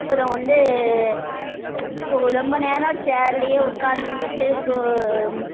அப்புறம் வந்து ரொம்ப நேரம் சேரில் உட்காந்துருந்துட்டு